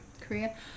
Korea